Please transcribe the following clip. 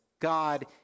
God